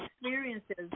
Experiences